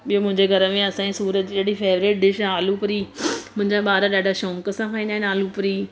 ॿियों मुंहिंजे घर में असांजी सूरत जी अहिड़ी फेवरेट डिश आहे आलू पुरी मुंहिंजा ॿार ॾाढा शौक़ सां खाईंदा आहिनि आलू पुरी